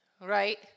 Right